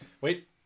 wait